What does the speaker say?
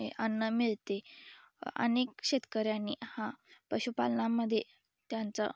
अन्न मिळते अनेक शेतकऱ्यांनी हा पशुपालनामध्ये त्यांचं